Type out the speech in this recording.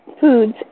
foods